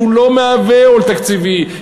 שלא מהווה עול תקציבי,